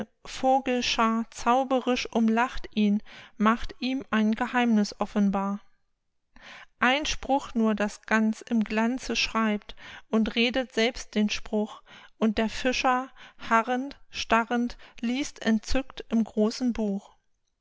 vogelschaar zauberisch umlacht ihn macht ihm ein geheimniß offenbar ein spruch nur das ganz im glanze schreibt und redet selbst den spruch und der fischer harrend starrend liest entzückt im großen buch